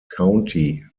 county